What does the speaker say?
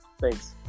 Thanks